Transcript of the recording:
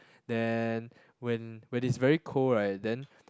then when when it's very cold right then